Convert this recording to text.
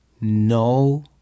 No